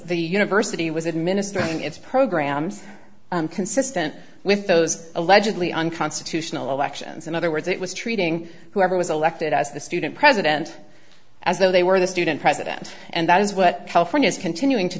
the university was administering its programs consistent with those allegedly unconstitutional actions in other words it was treating whoever was elected as the student president as though they were the student president and that is what california is continuing to